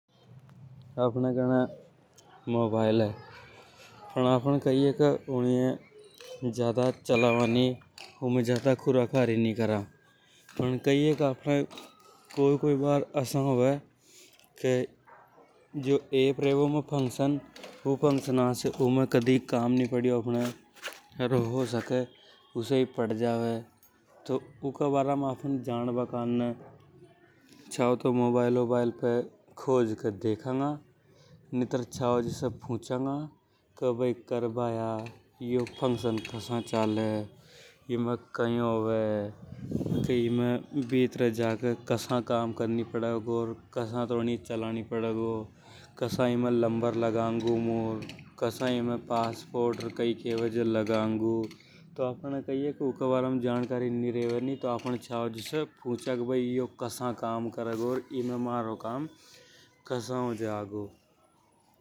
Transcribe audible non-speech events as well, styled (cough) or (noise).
अपने घने मोबाइल हे पण आपण ऊनिय ज्यादा छलावा नि। उमें ज्यादा खुरा खारी नि करा पण कई हे के कोई कोई बार। (noise) जो ऐप रेवे ऊ फ़ंगाना से कदी काम नि पढ़ियो आपने। अर हो सके उसे ही पड़ जावे तो आपन ऊके बारे में जान बा करने। कोई से पूंछा गा या मोबाइल वोबाइल पे खोजांगा। (unintelligible) भीत्तर जाके कसा काम पड़ेगा कसा उनियाल चलानी पड़ेगा। कसा एमे लंबर लगांगी कसा एमे पास पोर्ट लगाउंगा। (unintelligible) के भाई तो कसा काम करेगा एमे मारो काम कसा हो जागो। (noise)